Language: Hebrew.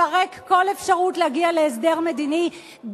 לפרק כל אפשרות להגיע להסדר מדיני,